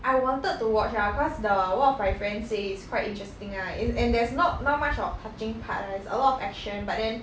I wanted to watch lah because the one of my friend say it's quite interesting lah it's and there's not not much of touching part lah is a lot of action but then